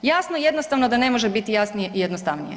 Jasno i jednostavno da ne može biti jasnije i jednostavnije.